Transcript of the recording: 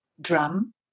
drum